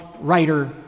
writer